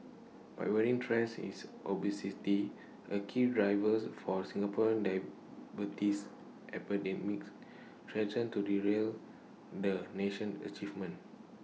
but worrying trends is obesity A key drivers for Singaporean diabetes epidemics threaten to derail the nation's achievements